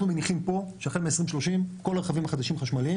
אנחנו מניחים פה שהחל מ-2030 כל הרכבים החדשים חשמליים